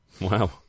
Wow